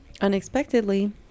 unexpectedly